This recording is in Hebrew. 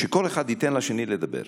שכל אחד ייתן לשני לדבר.